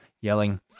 yelling